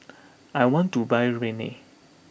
I want to buy Rene